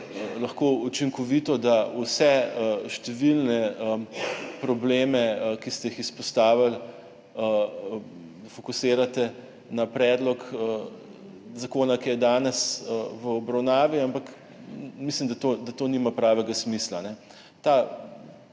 lahko učinkovito, da vse številne probleme, ki ste jih izpostavili, fokusirate na predlog zakona, ki je danes v obravnavi, ampak mislim, da to nima pravega smisla.